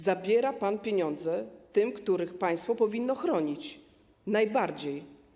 Zabiera pan pieniądze tym, których państwo powinno chronić najbardziej.